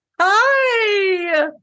Hi